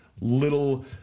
little